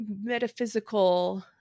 metaphysical –